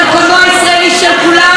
ואנחנו נתמוך בחוק הזה.